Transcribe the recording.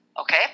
Okay